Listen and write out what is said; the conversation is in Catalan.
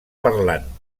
parlant